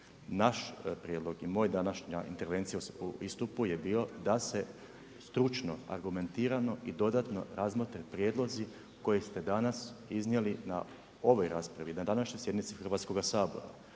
naš prijedlog i moja današnja intervencija u istupu je bio da se stručno, argumentirano i dodatno razmotre prijedlozi koje ste danas iznijeli na ovoj raspravi, na današnjoj sjednici Hrvatskoga sabora.